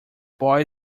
boy